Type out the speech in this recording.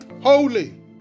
holy